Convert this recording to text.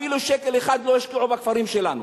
אפילו שקל אחד לא השקיעו בכפרים שלנו.